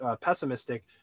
pessimistic